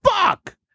fuck